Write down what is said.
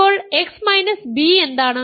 ഇപ്പോൾ x b എന്താണ്